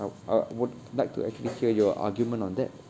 I I would like to actually hear your argument on that